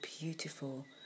beautiful